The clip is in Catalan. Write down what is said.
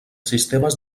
sistemes